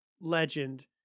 legend